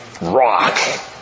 rock